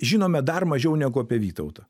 žinome dar mažiau negu apie vytautą